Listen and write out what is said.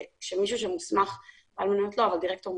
מישהו שמוסמך לדווח.